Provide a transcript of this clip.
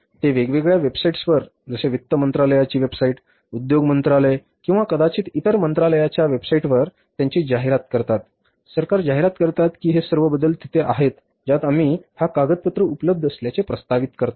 ते वेगवेगळ्या वेबसाइट्सवर जसे वित्त मंत्रालयाची वेबसाइट उद्योग मंत्रालय किंवा कदाचित इतर मंत्रालयांच्या वेबसाइटवर त्यांची जाहिरात करतात सरकार जाहिरात करतात की हे सर्व बदल तिथे आहेत ज्यात आम्ही हा कागदपत्र उपलब्ध असल्याचे प्रस्तावित करतो